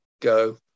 go